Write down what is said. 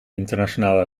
internationale